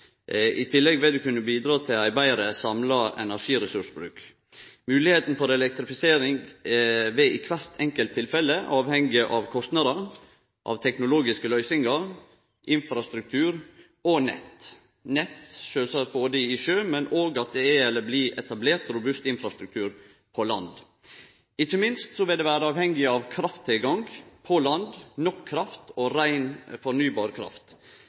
I tillegg vil det kunne bidra til ein betre samla energiressursbruk. Moglegheitene for elektrifisering vil i kvart enkelt tilfelle avhenge av kostnader, av teknologiske løysingar, infrastruktur og nett – nett sjølvsagt i sjøen, men òg at det er eller blir etablert robust infrastruktur på land. Ikkje minst vil det vere avhengig av krafttilgangen på land, nok kraft og rein,